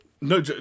No